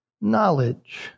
knowledge